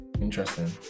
Interesting